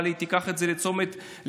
אבל שהיא תיקח את זה לתשומת ליבה.